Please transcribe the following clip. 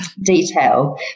detail